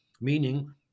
meaning